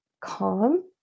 calm